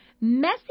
messy